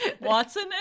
Watson